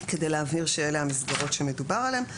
כדי להבהיר שאלה המסגרות שמדובר עליהן.